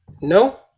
No